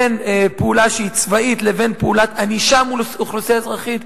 בין פעולה שהיא צבאית לבין פעולת ענישה מול אוכלוסייה אזרחית.